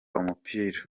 umupira